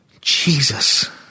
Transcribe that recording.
Jesus